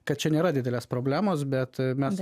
kad čia nėra didelės problemos bet mes